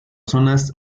zonas